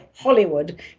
Hollywood